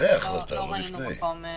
אחרי ההחלטה, לא לפני.